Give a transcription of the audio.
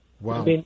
Wow